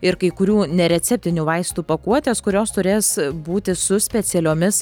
ir kai kurių nereceptinių vaistų pakuotės kurios turės būti su specialiomis